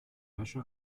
wäsche